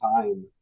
time